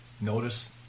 notice